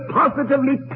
positively